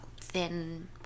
thin